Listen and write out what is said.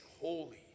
holy